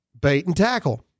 bait-and-tackle